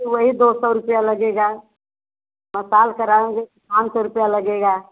वही दो सौ रुपया लगेगा मसाज कराएँगे तो पाँच सौ रुपया लगेगा